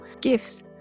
gifts